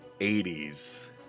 80s